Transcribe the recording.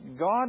God